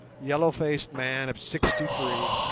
yellow-faced man of sixty-three,